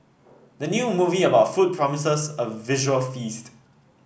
the new movie about food promises a visual feast